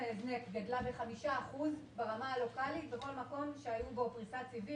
ההזנק גדלה בחמישה אחוזים אודות לפריסת הסיבים.